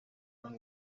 town